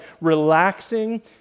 relaxing